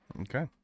Okay